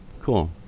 Cool